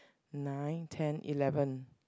nine ten eleven